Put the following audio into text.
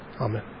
Amen